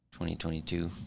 2022